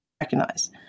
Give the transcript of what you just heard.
recognize